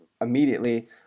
immediately